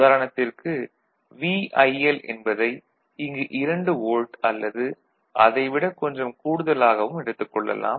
உதாரணத்திற்கு VIL என்பதை இங்கு 2 வோல்ட் அல்லது அதை விடக் கொஞ்சம் கூடுதலாகவும் எடுத்துக் கொள்ளலாம்